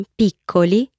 piccoli